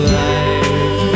life